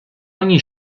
ogni